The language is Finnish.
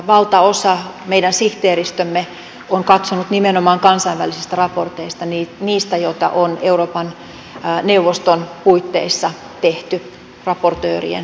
valtaosan meidän sihteeristömme on katsonut nimenomaan kansainvälisistä raporteista niistä joita on euroopan neuvoston puitteissa tehty raportöörien toimesta